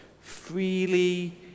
freely